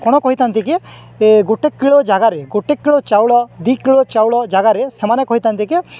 କ'ଣ କହିଥାନ୍ତି କିି ଏ ଗୋଟେ କିଲୋ ଜାଗାରେ ଗୋଟେ କିଲୋ ଚାଉଳ ଦୁଇ କିଲୋ ଚାଉଳ ଜାଗାରେ ସେମାନେ କହିଥାନ୍ତି କି